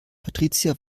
patricia